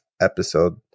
episode